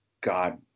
God